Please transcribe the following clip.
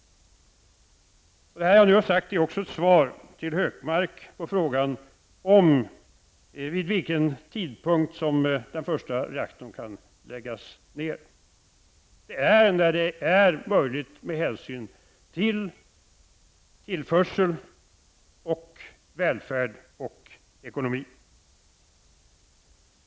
Det jag har sagt är också ett svar till Hökmark på frågan om vid vilken tidpunkt den första reaktorn kan läggas ned. Det kommer att ske när det blir möjligt med hänsyn till tillförsel, välfärd och ekonomi.